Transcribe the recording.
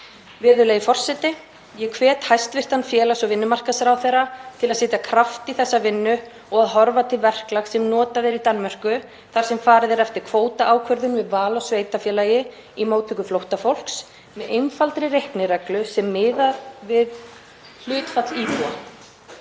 Virðulegi forseti. Ég hvet hæstv. félags- og vinnumarkaðsráðherra til að setja kraft í þessa vinnu og að horfa til verklags sem notað er í Danmörku þar sem farið er eftir kvótaákvörðun við val á sveitarfélagi í móttöku flóttafólks með einfaldri reiknireglu sem miðar við hlutfall íbúa.